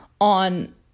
on